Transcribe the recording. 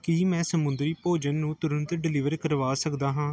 ਕੀ ਮੈਂ ਸਮੁੰਦਰੀ ਭੋਜਨ ਨੂੰ ਤੁਰੰਤ ਡਲਿਵਰ ਕਰਵਾ ਸਕਦਾ ਹਾਂ